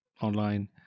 online